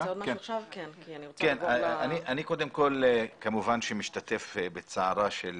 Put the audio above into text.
אני משתתף בצערה של